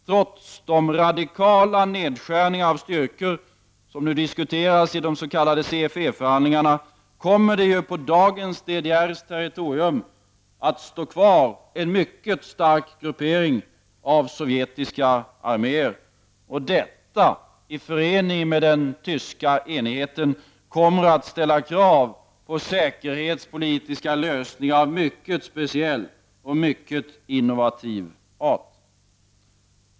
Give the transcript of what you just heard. Trots de radikala nedskärningar av styrkor som nu diskuteras i de s.k. CFE-förhandlingarna kommer det på dagens DDR:s territorium att kvarstå en mycket stark gruppering av sovjetiska arméer. Detta, i förening med den tyska enigheten, kommer att ställa krav på säkerhetspolitiska lösningar av mycket speciell och innovativ art.